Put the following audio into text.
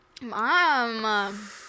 mom